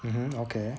mmhmm okay